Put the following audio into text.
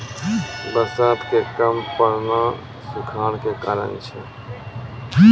बरसात के कम पड़ना सूखाड़ के कारण छै